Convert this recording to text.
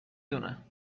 دونه